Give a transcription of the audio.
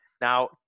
Now